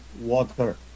water